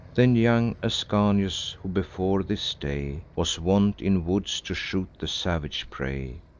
then young ascanius, who, before this day, was wont in woods to shoot the savage prey,